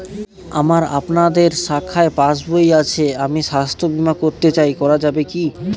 আমার আপনাদের শাখায় পাসবই আছে আমি স্বাস্থ্য বিমা করতে চাই করা যাবে কি?